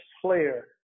player